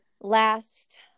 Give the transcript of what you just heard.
Last